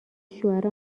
شوهر